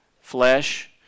flesh